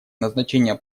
назначение